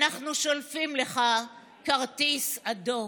אנחנו שולפים לך כרטיס אדום.